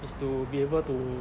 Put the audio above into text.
is to be able to